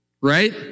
Right